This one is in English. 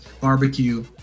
Barbecue